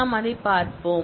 நாம் அதைப் பார்த்தோம்